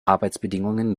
arbeitsbedingungen